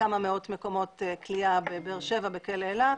כמה מאות מקומות כליאה בכלא "אלה"